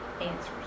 answers